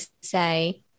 say